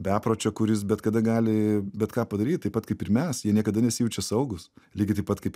bepročio kuris bet kada gali bet ką padaryt taip pat kaip ir mes jie niekada nesijaučia saugūs lygiai taip pat kaip